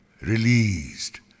released